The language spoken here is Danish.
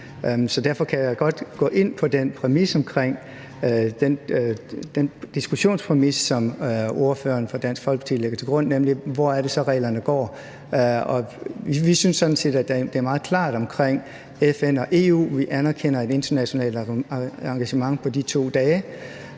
derfor kan jeg godt gå ind på den diskussionspræmis, som ordføreren for Dansk Folkeparti lægger til grund, nemlig hvor det så er, reglerne går. Vi synes sådan set, at det er meget klart omkring FN og EU. Vi anerkender et internationalt engagement på de 2 dage,